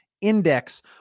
Index